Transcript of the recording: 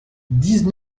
dix